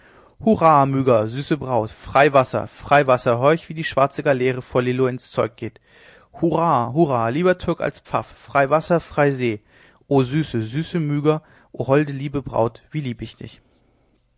myga süße braut frei wasser frei wasser horch wie die schwarze galeere vor lillo ins zeug geht hoiho hoiho lieber türk als pfaff frei wasser freie see o süße süße myga o holde liebe braut wie lieb ich dich